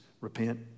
repent